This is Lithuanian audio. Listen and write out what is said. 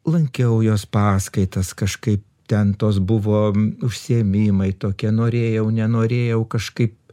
lankiau jos paskaitas kažkaip ten tos buvo užsiėmimai tokie norėjau nenorėjau kažkaip